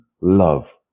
love